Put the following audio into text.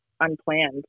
Unplanned